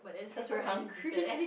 just very hungry